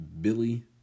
Billy